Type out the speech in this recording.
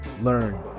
learn